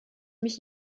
mich